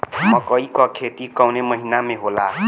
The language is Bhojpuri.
मकई क खेती कवने महीना में होला?